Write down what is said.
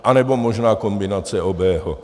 Anebo možná kombinace obého.